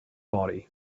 body